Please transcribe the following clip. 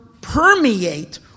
permeate